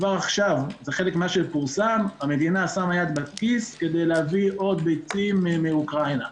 נכון לעכשיו המדינה שמה יד בכיס כדי להביא עוד ביצים מאוקראינה.